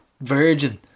virgin